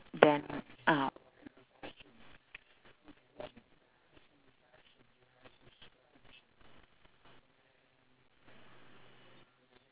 den~ ah